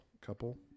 couple